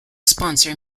sponsor